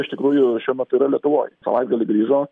iš tikrųjų šiuo metu yra lietuvoj savaitgalį grįžo